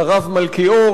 לרב מלכיאור,